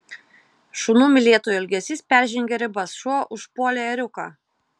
šunų mylėtojų elgesys peržengė ribas šuo užpuolė ėriuką